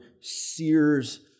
sears